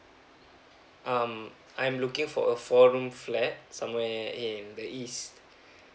um I'm looking for a four room flat somewhere at uh in the east